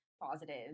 positive